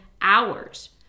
hours